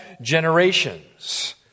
generations